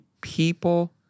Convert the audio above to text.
people